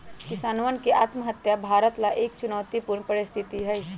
किसानवन के आत्महत्या भारत ला एक चुनौतीपूर्ण परिस्थिति हई